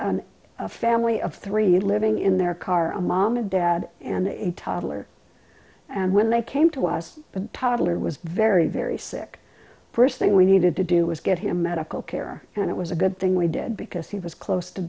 had a family of three living in their car a mom a dad and a toddler and when they came to us but paddler was very very sick first thing we needed to do was get him medical care and it was a good thing we did because he was close to